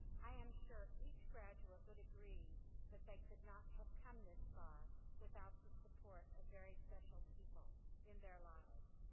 i am sure each graduate would agree that they could not have come this far without the support of very special people in their lives.